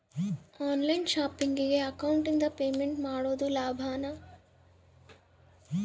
On line ಶಾಪಿಂಗಿಗೆ ಅಕೌಂಟಿಂದ payment ಮಾಡೋದು ಲಾಭಾನ?